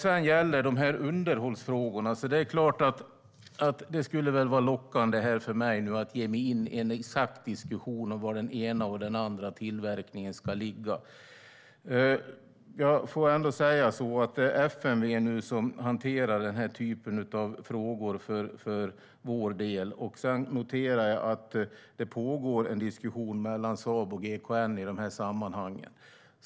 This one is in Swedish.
Sedan gäller det underhållsfrågorna. Det är klart att det skulle vara lockande för mig att nu att ge mig in i en exakt diskussion om var den ena och den andra tillverkningen ska ligga. Jag får ändå säga att det är FMV som hanterar den här typen av frågor för vår del. Sedan noterar jag att det pågår en diskussion mellan Saab och GKN i de här sammanhangen.